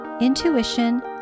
intuition